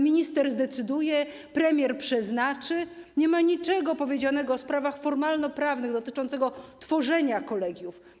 Minister zdecyduje, premier przeznaczy, nie ma niczego powiedzianego o sprawach formalnoprawnych dotyczących tworzenia kolegiów.